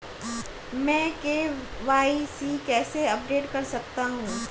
मैं के.वाई.सी कैसे अपडेट कर सकता हूं?